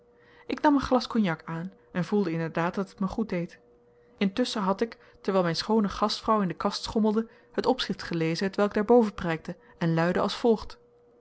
ik nam een glas cognac aan en voelde inderdaad dat het mij goeddeed intusschen had ik terwijl mijn schoone gastvrouw in de kast schommelde het opschrift gelezen hetwelk daarboven prijkte en luidde als volgt